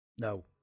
No